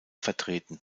vertreten